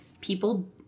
people